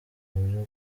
byo